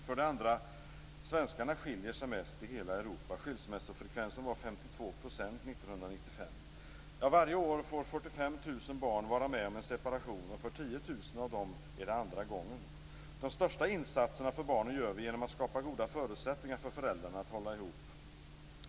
För det andra: Svenskarna skiljer sig mest i hela Europa. Skilsmässofrekvensen var 52 % 1995. Varje år får 45 000 barn vara med om en separation och för 10 000 av dem är det andra gången. De största insatserna för barnen gör vi genom att skapa goda förutsättningar för föräldrarna att hålla ihop.